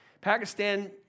Pakistan